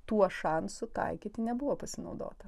tuo šansu taikyti nebuvo pasinaudota